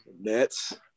Nets